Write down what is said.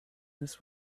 this